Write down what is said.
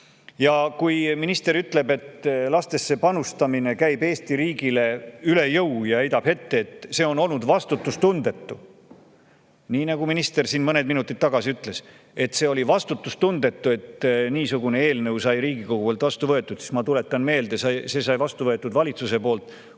Ja kui minister ütleb, et lastesse panustamine käib Eesti riigile üle jõu, ja heidab ette, et see on olnud vastutustundetu – minister siin mõned minutid tagasi ütles, et see oli vastutustundetu –, et niisugune eelnõu sai Riigikogu poolt vastu võetud, siis ma tuletan meelde, et see sai vastu võetud valitsuse poolt,